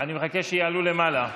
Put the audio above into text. אני מחכה שיעלו למעלה.